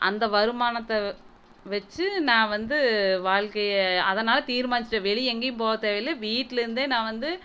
அந்த வருமானத்தை வெச்சு நான் வந்து வாழ்க்கையை அதனால் தீர்மானிச்சுட்டேன் வெளியே எங்கேயும் போக தேவையில்லை வீட்லிருந்தே நான் வந்து